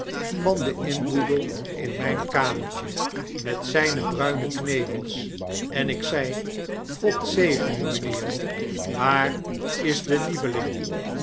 van deninboedelin mijn kamertje met zyne bruine knevels en ik zei god zegen u mijnheer waar is de lieveling